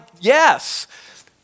yes